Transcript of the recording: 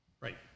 Right